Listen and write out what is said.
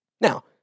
Now